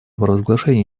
провозглашение